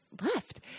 left